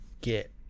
get